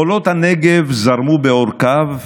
חולות הנגב זרמו בעורקיו,